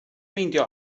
meindio